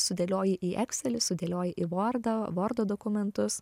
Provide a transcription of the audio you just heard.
sudėlioji į ekselį sudėlioji į vordą vordo dokumentus